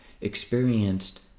experienced